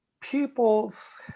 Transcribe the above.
people's